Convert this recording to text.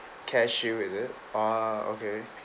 CareShield is it ah okay